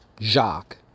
Jacques